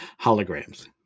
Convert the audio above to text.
holograms